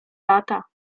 lata